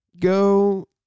Go